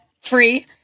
Free